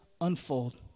unfold